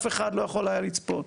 אף אחד לא יכול היה לצפות.